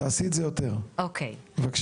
תעשי את זה יותר, בבקשה.